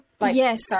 Yes